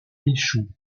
échouent